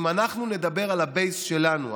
אם אנחנו נדבר על הבייס שלנו,